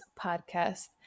podcast